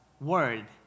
word